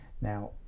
now